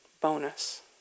bonus